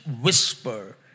whisper